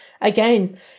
again